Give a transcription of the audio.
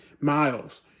Miles